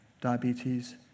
diabetes